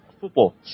football